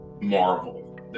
Marvel